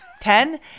ten